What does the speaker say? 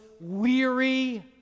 weary